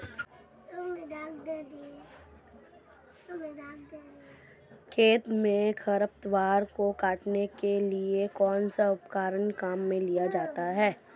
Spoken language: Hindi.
खेत में खरपतवार को काटने के लिए कौनसा उपकरण काम में लिया जाता है?